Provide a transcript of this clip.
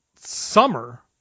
summer